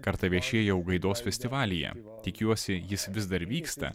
kartą viešėjau gaidos festivalyje tikiuosi jis vis dar vyksta